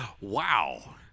Wow